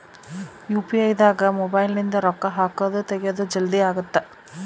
UPI ದಾಗ mobile ನಿಂದ ರೊಕ್ಕ ಹಕೊದ್ ತೆಗಿಯೊದ್ ಜಲ್ದೀ ಅಗುತ್ತ